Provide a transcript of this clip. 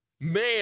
Man